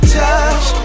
touch